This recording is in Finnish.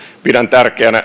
pidän tärkeänä